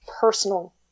personal